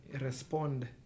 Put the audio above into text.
respond